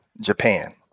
Japan